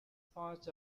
part